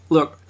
Look